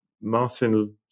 Martin